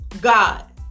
God